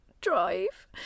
drive